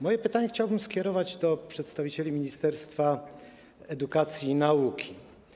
Moje pytanie chciałbym skierować do przedstawicieli Ministerstwa Edukacji i Nauki.